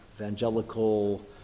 evangelical